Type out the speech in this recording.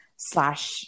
Slash